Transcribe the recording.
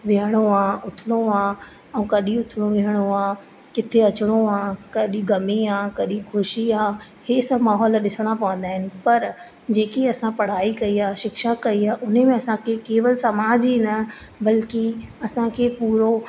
विहणो आहे उथणो आहे ऐं कॾहिं उथणो विहणो आहे किथे अचिणो आहे कॾहिं ग़मी आहे कॾहिं ख़ुशी हीउ सभु माहौल ॾिसिणा पवंदा आहिनि पर जेकी असां पढ़ाई कई आहे शिक्षा कई आहे उन्हीअ में असां खे केवल समाज ई न बल्कि असांखे पूरो